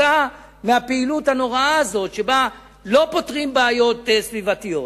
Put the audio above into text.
הפעילות הנוראה הזו שבה לא פותרים בעיות סביבתיות.